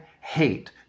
hate